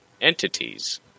entities